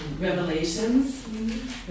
revelations